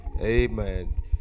amen